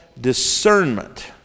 discernment